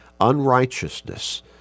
unrighteousness